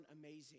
amazing